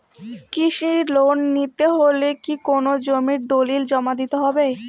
কৃষি লোন নিতে হলে কি কোনো জমির দলিল জমা দিতে হবে?